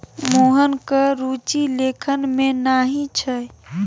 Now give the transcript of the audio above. मोहनक रुचि लेखन मे नहि छै